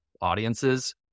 audiences